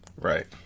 Right